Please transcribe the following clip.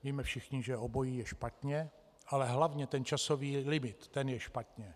Víme všichni, že obojí je špatně ale hlavně ten časový limit, ten je špatně.